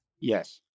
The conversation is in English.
Yes